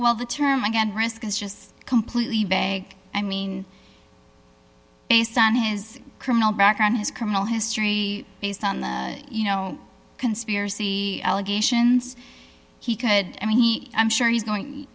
while the term again risk is just completely beg i mean based on his criminal background his criminal history based on the you know conspiracy allegations he could and he i'm sure he's going